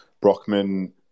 Brockman